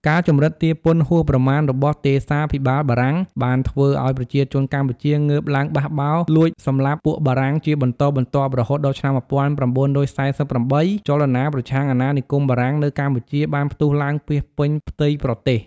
ការជំរិតទារពន្ធហួសប្រមាណរបស់ទេសាភិបាលបារាំង បានធ្វើឱ្យប្រជាជនកម្ពុជា ងើបឡើងបះបោរលួចសម្លាប់ពួកបារាំងជាបន្តបន្ទាប់ រហូតដល់ឆ្នាំ ១៩៤៨ ចលនាប្រឆាំងអណានិគមបារាំងនៅកម្ពុជា បានផ្ទុះឡើងពាសពេញផ្ទៃប្រទេស ។